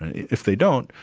if they don't,